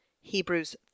Hebrews